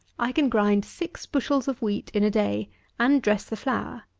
i can grind six bushels of wheat in a day and dress the flour.